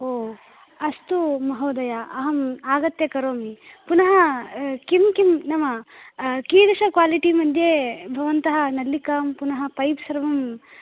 ओ अस्तु महोदय अहं आगत्य करोमि पुनः किं किं नाम कीदृश क्वालिटि मध्ये भवन्तः नल्लिकां पुनः पैप् सर्वं